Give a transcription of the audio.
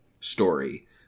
story